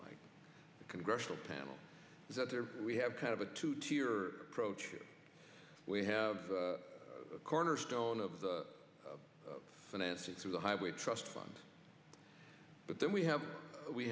the congressional panel is that there we have kind of a two tier approach we have a cornerstone of financing through the highway trust fund but then we have we